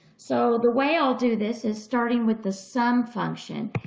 so the way i'll do this is starting with the sum function.